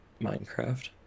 Minecraft